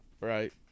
Right